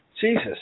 Jesus